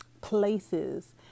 places